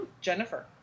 Jennifer